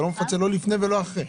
אתה לא מפצה לא לפני ולא אחרי?